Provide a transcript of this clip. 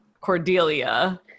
cordelia